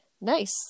Nice